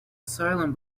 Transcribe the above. asylum